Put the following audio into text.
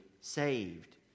saved